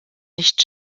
nicht